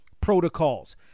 protocols